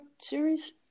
series